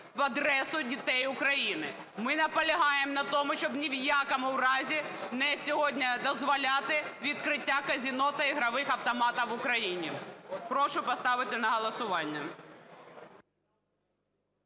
в адресу дітей України. Ми наполягаємо на тому, щоб ні в якому разі сьогодні не дозволяти відкриття казино та ігрових автоматів в Україні. Прошу поставити на голосування.